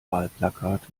wahlplakate